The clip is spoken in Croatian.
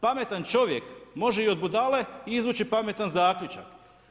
Pametan čovjek može i od budale izvući pametan zaključak.